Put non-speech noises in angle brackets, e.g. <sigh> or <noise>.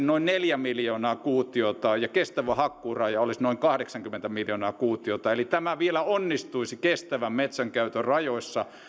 <unintelligible> noin neljä miljoonaa kuutiota ja kestävä hakkuuraja olisi noin kahdeksankymmentä miljoonaa kuutiota eli vielä onnistuisi kestävän metsänkäytön rajoissa